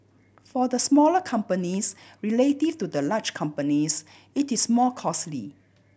for the smaller companies relative to the large companies it is more costly